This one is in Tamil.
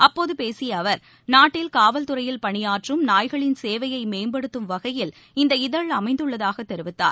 அப்போது பேசிய அவர் நாட்டில் காவல்துறையில் பணியாற்றும் நாய்களின் சேவையை மேம்படுத்தும் வகையில் இந்த இதழ் அமைந்துள்ளதாக தெரிவித்தார்